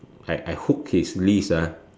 I I hook his leash ah